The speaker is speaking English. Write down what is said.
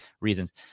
reasons